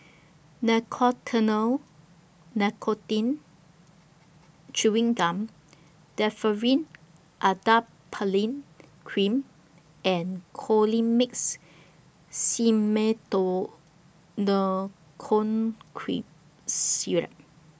Nicotinell Nicotine Chewing Gum Differin Adapalene Cream and Colimix Syrup